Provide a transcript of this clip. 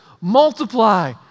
multiply